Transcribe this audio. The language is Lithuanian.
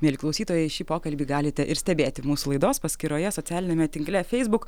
mieli klausytojai šį pokalbį galite ir stebėti mūsų laidos paskyroje socialiniame tinkle feisbuk